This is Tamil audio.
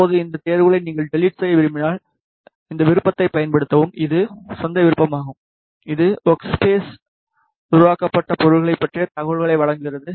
இப்போது இந்த தேர்வுகளை நீங்கள் டெளிட் செய்ய விரும்பினால் இந்த விருப்பத்தைப் பயன்படுத்தவும் இது சொந்த விருப்பமாகும் இது வோர்க்ஸ்பேஸ் உருவாக்கப்பட்ட பொருள்களைப் பற்றிய தகவல்களை வழங்குகிறது